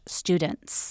students